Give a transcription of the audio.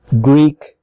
Greek